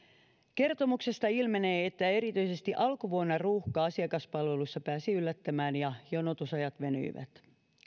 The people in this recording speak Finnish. kertomuksesta ilmenee että erityisesti alkuvuonna ruuhka asiakaspalvelussa pääsi yllättämään ja jonotusajat venyivät